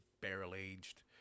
barrel-aged